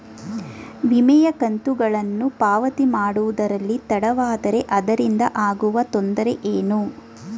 ವಿಮೆಯ ಕಂತುಗಳನ್ನು ಪಾವತಿ ಮಾಡುವುದರಲ್ಲಿ ತಡವಾದರೆ ಅದರಿಂದ ಆಗುವ ತೊಂದರೆ ಏನು?